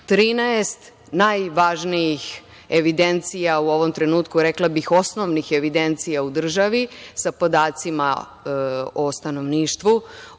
najvažnijih evidencija u ovom trenutku, rekla bih, osnovnih evidencija u državi sa podacima o stanovništvu,